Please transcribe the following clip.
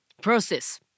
Process